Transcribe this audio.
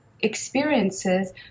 experiences